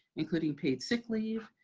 including paid sick leave,